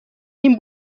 این